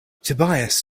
tobias